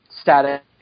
static